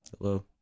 Hello